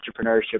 entrepreneurship